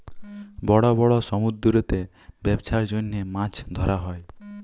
বড় বড় সমুদ্দুরেতে ব্যবছার জ্যনহে মাছ ধ্যরা হ্যয়